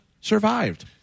survived